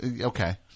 okay